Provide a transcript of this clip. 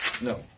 No